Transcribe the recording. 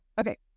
Okay